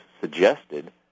suggested